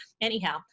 Anyhow